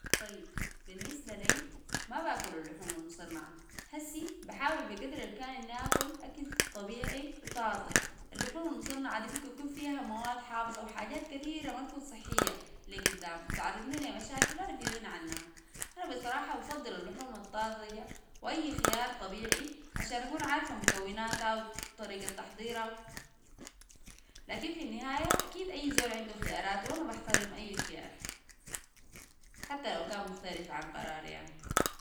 طيب بالنسبة لي ما باكل اللحوم المصنعة هسي بحاول بقدر الامكان اني اكل اكل طبيعي وطازج اللحوم المصنعة دي ممكن يكون فيها مواد حافظة وحاجات كتيرة ما تكون صحية لي قدام وتعرضني للمشاكل انا في غنى عنها انا بصراحة بفضل اللحوم الطازجة واي خيار طبيعي عشان اكون عارفة مكوناتها وطريقة تحضيرها كن في النهاية اكيد اي زول عنده خيارات وانا بحترم اي خيار حتى لو كان مختلف عن قراري انا